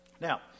Now